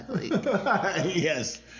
Yes